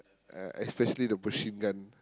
uh especially the machine-gun